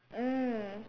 mm